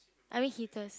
I mean heaters